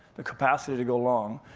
the capacity to go long.